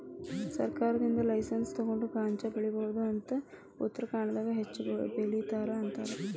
ಸರ್ಕಾರದಿಂದ ಲೈಸನ್ಸ್ ತುಗೊಂಡ ಗಾಂಜಾ ಬೆಳಿಬಹುದ ಅಂತ ಉತ್ತರಖಾಂಡದಾಗ ಹೆಚ್ಚ ಬೆಲಿತಾರ ಅಂತಾರ